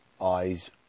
eyes